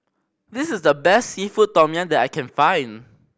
this is the best seafood tom yum that I can find